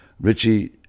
Richie